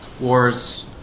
wars